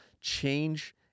change